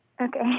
Okay